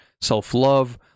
self-love